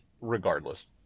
regardless